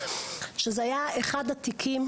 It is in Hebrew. שזה היה אחד התיקים,